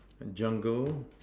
jungle